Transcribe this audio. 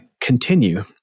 continue